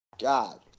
God